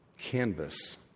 canvas